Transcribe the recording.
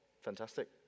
Fantastic